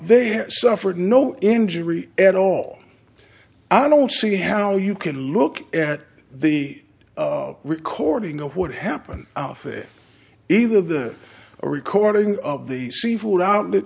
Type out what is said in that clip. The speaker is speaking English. they have suffered no injury at all i don't see how you can look at the recording of what happened out of it either the a recording of the seafood outlet